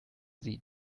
sie